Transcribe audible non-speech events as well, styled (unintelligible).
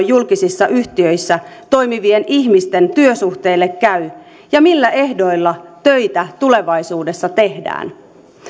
(unintelligible) julkisissa yhtiöissä toimivien ihmisten työsuhteille käy ja millä ehdoilla töitä tulevaisuudessa tehdään